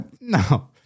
no